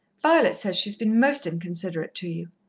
violet says she's been most inconsiderate to you.